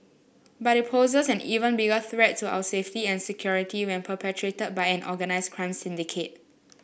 but it poses an even bigger threat to our safety and security when perpetrated by an organised crime syndicate